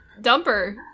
Dumper